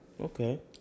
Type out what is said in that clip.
okay